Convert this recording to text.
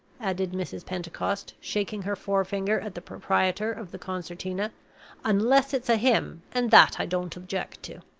added mrs. pentecost, shaking her forefinger at the proprietor of the concertina unless it's a hymn, and that i don't object to.